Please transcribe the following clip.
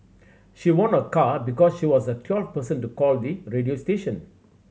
she won a car because she was the twelfth person to call the radio station